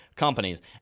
companies